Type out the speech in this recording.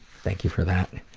thank you for that.